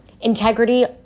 integrity